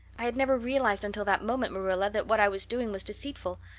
i had never realized until that moment, marilla, that what i was doing was deceitful.